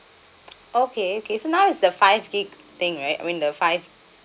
okay okay so now is the five gigabyte thing right with the five